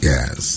Yes